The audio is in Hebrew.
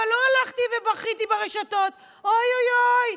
אבל לא הלכתי ובכיתי ברשתות: אוי אוי אוי,